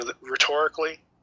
Rhetorically